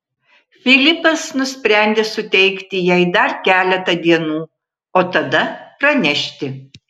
filipas nusprendė suteikti jai dar keletą dienų o tada pranešti